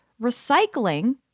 recycling